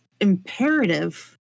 imperative